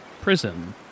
prison